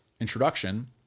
introduction